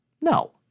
No